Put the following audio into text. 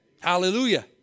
Hallelujah